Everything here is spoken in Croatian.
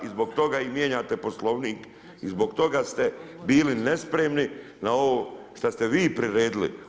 i zbog toga i mijenjate poslovnik i zbog toga ste bili nespremni na ovo što ste vi priredili.